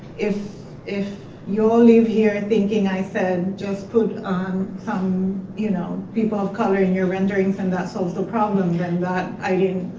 if if you all live here and thinking i said just put um some you know people of color in your renderings and that solves the problem then that i